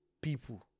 people